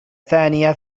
ثانية